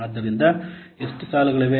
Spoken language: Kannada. ಆದ್ದರಿಂದ ಎಷ್ಟು ಸಾಲುಗಳಿವೆ